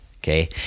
okay